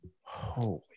Holy